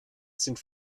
sind